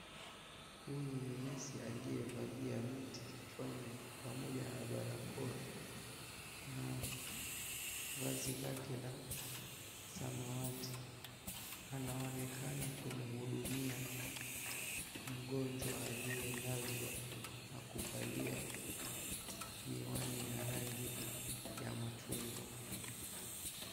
Huyu ni nesi aliyevalia neti kichwani pamoja na barakoa na vazi lake la samawati. Anaonekana kumhudumia mgonjwa aliyelazwa na kuvalia miwani ya rangi ya machungwa.